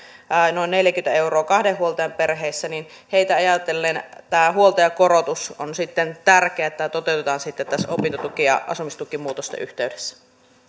noin neljäkymmentä euroa kahden huoltajan perheessä ja heitä ajatellen huoltajakorotus on tärkeä että tämä toteutetaan sitten opintotuki ja asumistukimuutosten yhteydessä